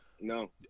No